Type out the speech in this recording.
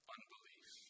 Unbelief